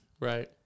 right